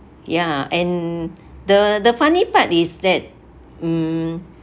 ya and the the funny part is that mm